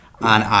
on